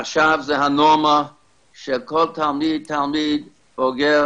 עכשיו זה הנורמה שכל תלמיד ותלמיד סוגר